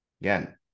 again